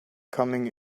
coming